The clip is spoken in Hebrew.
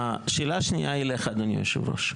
השאלה השנייה היא אליך, אדוני יושב הראש.